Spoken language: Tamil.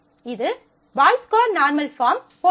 இது பாய்ஸ் கோட் நார்மல் பாஃர்ம் போன்றது